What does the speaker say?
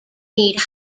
need